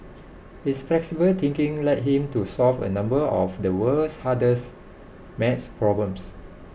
his flexible thinking led him to solve a number of the world's hardest math problems